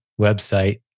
website